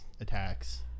attacks